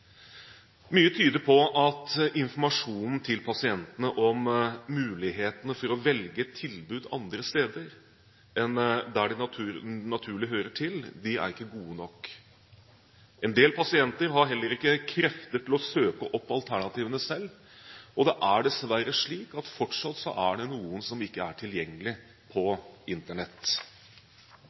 Mye tyder på at informasjonen til pasientene om mulighetene for å velge et tilbud andre steder enn der de naturlig hører til, ikke er god nok. En del pasienter har heller ikke krefter til å søke opp alternativene selv. Det er dessverre slik at fortsatt er det noen som ikke har tilgang til Internett.